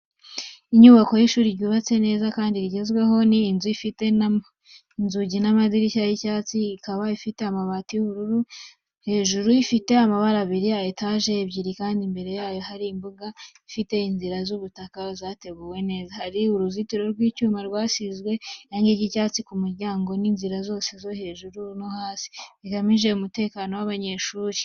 Inyubako y’ishuri ryubatse neza kandi rigezweho. Ni inzu ifite inzugi n'amadirishya y’icyatsi kibisi, ikaba ifite amabati y’ubururu hejuru. Ifite amabara abiri, etage ebyiri kandi imbere yayo hari imbuga ifite inzira z’ubutaka zateguwe neza. Hari uruzitiro rw’icyuma rwasizwe irangi ry’icyatsi ku muryango n’inzira zose zo hejuru no hasi, bigamije umutekano w’abanyeshuri.